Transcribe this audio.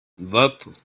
that